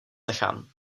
nechám